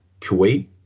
Kuwait